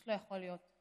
פשוט לא יכול להיות.